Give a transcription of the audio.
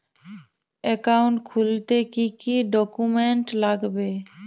Account খুলতে কি কি ডকুমেন্ট লাগবে?